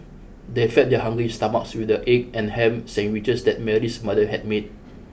they fed their hungry stomachs with the egg and ham sandwiches that Mary's mother had made